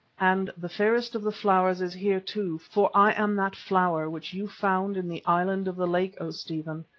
and the fairest of the flowers is here, too, for i am that flower which you found in the island of the lake. o stephen,